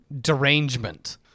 derangement